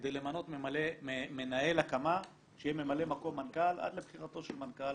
כדי למנות מנהל הקמה שיהיה ממלא מקום מנכ"ל עד לבחירתו של מנכ"ל.